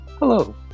Hello